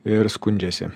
ir skundžiasi